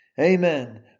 Amen